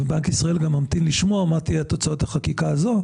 ובנק ישראל גם ממתין לשמוע מה יהיו תוצאות החקיקה הזאת,